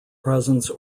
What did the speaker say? presence